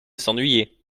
s’ennuyer